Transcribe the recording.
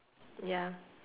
ya